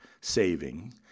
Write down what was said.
saving